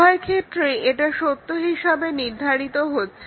উভয় ক্ষেত্রেই এটা সত্য হিসাবে নির্ধারিত হচ্ছে